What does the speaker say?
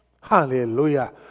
Hallelujah